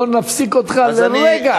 לא נפסיק אותך לרגע.